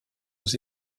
aux